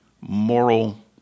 moral